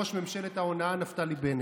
וראש ממשלת ההונאה נפתלי בנט,